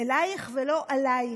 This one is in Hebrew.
אלייך ולא עלייך.